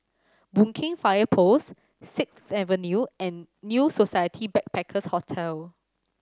Boon Keng Fire Post Sixth Avenue and New Society Backpackers' Hotel